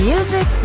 Music